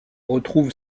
retrouve